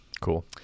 Cool